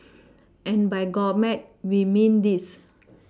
and by gourmet we mean this